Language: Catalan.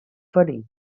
ferits